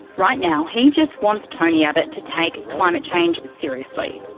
right now, he just wants tony abbott to take climate change seriously.